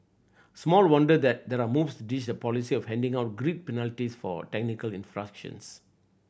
small wonder that there are moves to ditch the policy of handing out grid penalties for technical infractions